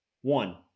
one